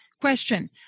Question